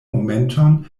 momenton